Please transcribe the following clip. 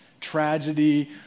tragedy